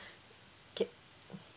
K